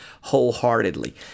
wholeheartedly